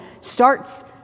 starts